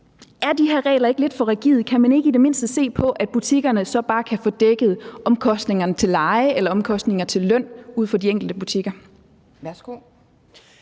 Er de her regler ikke lidt for rigide? Kan man ikke i det mindste se på, om butikkerne så bare kan få dækket omkostningerne til leje eller til løn ud fra de enkelte butikker?